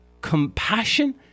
compassion